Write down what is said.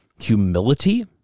humility